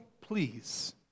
please